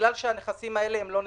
בגלל שהנכסים האלה הם לא נזילים.